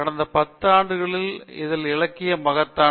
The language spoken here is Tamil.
கடந்த 10 ஆண்டுகளில் இந்த இலக்கியம் மகத்தானது